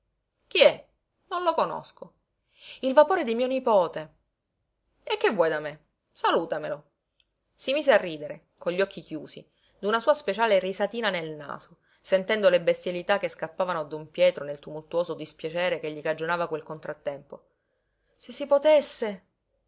chi è non lo conosco il vapore di mio nipote e che vuoi da me salutamelo si mise a ridere con gli occhi chiusi d'una sua speciale risatina nel naso sentendo le bestialità che scappavano a don pietro nel tumultuoso dispiacere che gli cagionava quel contrattempo se si potesse